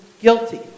guilty